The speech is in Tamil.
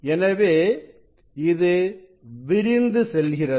எனவே இது விரிந்து செல்கிறது